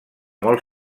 molt